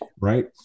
right